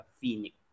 Phoenix